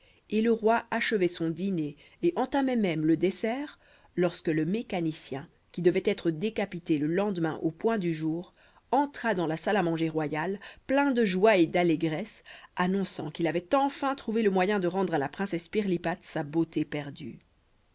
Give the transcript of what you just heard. et le roi achevait son dîner et entamait même le dessert lorsque le mécanicien qui devait être décapité le lendemain au point du jour entra dans la salle à manger royale plein de joie et d'allégresse annonçant qu'il avait enfin trouvé le moyen de rendre à la princesse pirlipate sa beauté perdue